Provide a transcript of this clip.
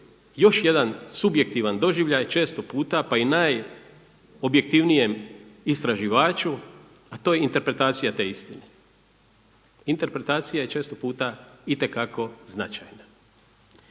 još jedan subjektivan doživljaj često puta pa i najobjektivnijem istraživaču a to je interpretacija te istine. Interpretacija je često puta itekako značajna.